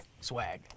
Swag